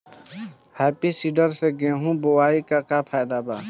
Happy seeder से गेहूं बोआई के का फायदा बा?